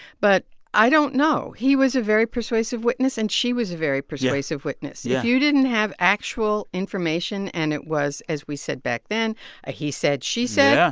but i don't know. he was a very persuasive witness, and she was a very persuasive witness yeah if you didn't have actual information, and it was as we said back then a he said, she said. yeah.